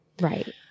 Right